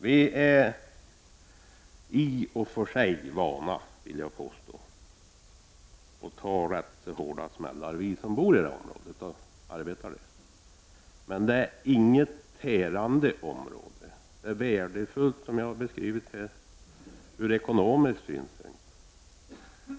Vi som bor och arbetar i det aktuella området är vana vid att ta emot ganska hårda smällar. Det är inget tärande område, utan det är värdefullt ur ekonomisk synpunkt.